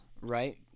right